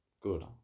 Good